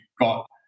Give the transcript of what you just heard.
got